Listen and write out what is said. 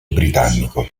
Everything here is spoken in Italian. britannico